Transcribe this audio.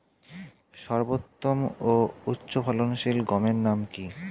সর্বোত্তম ও উচ্চ ফলনশীল গমের নাম কি?